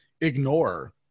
ignore